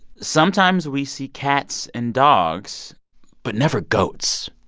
sometimes, we see cats and dogs but never goats.